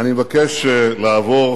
אני מבקש לעבור